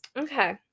Okay